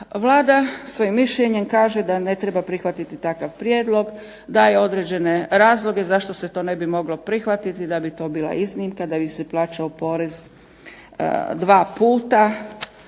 Vlada svojim mišljenjem kaže da ne treba prihvatiti takav prijedlog, daje određene razloge zašto se to ne bi moglo prihvatiti, da bi to bila iznimka da bi se plaćao porez dva puta,